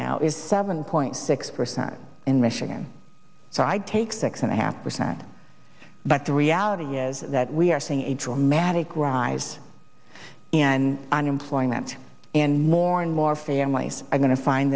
now is seven point six percent in michigan so i'd take six and a half percent but the reality is that we are seeing a dramatic rise in unemployment in more and more families are going to find